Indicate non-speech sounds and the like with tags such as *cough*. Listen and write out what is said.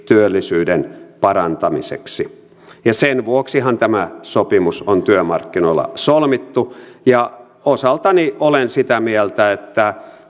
työllisyyden parantamiseksi sen vuoksihan tämä sopimus on työmarkkinoilla solmittu ja osaltani olen sitä mieltä että *unintelligible*